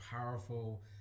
powerful